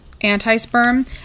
anti-sperm